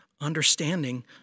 understanding